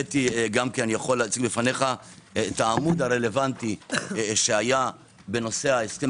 אני יכול להציג בפניך את העמוד הרלוונטי שהיה בנושא ההסכם